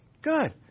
Good